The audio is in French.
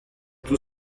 tout